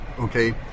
okay